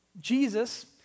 Jesus